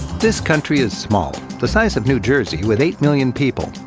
this country is small the size of new jersey with eight million people.